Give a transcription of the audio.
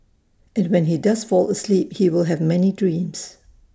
and when he does fall asleep he will have many dreams